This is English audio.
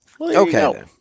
Okay